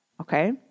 okay